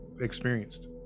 experienced